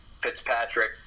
Fitzpatrick